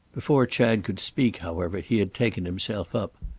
before chad could speak, however, he had taken himself up.